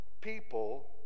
people